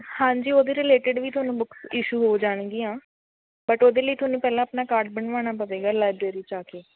ਹਾਂਜੀ ਉਹਦੇ ਰੀਲੇਟਿਡ ਵੀ ਤੁਹਾਨੂੰ ਬੁੱਕਸ ਈਸ਼ੂ ਹੋ ਜਾਣਗੀਆਂ ਬਟ ਉਹਦੇ ਲਈ ਤੁਹਾਨੂੰ ਪਹਿਲਾਂ ਆਪਣਾ ਕਾਰਡ ਬਣਵਾਉਣਾ ਪਵੇਗਾ ਲਾਇਬ੍ਰੇਰੀ ਜਾ ਕੇ